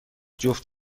جفت